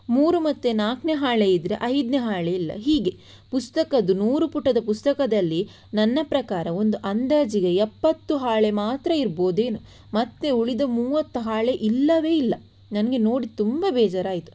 ಮೂರು ಮತ್ತು ನಾಲ್ಕನೇ ಹಾಳೆ ಇದ್ದರೆ ಐದನೇ ಹಾಳೆ ಇಲ್ಲ ಹೀಗೆ ಪುಸ್ತಕದ್ದು ನೂರು ಪುಟದ ಪುಸ್ತಕದಲ್ಲಿ ನನ್ನ ಪ್ರಕಾರ ಒಂದು ಅಂದಾಜಿಗೆ ಎಪ್ಪತ್ತು ಹಾಳೆ ಮಾತ್ರ ಇರಬಹುದೇನೋ ಮತ್ತೆ ಉಳಿದ ಮೂವತ್ತು ಹಾಳೆ ಇಲ್ಲವೇ ಇಲ್ಲ ನನಗೆ ನೋಡಿ ತುಂಬ ಬೇಜಾರಾಯಿತು